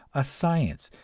a science,